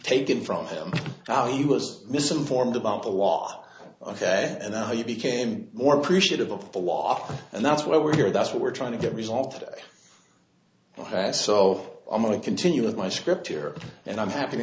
taken from him how he was misinformed about the law of that and how you became more appreciative of the law and that's what we're here that's what we're trying to get resolved so i'm going to continue with my script here and i'm happy to